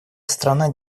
страна